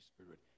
Spirit